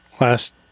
last